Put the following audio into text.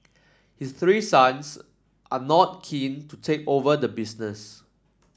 his three sons are not keen to take over the business